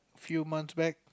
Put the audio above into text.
few months back